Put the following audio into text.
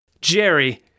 Jerry